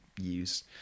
use